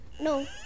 No